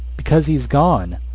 because he's gone!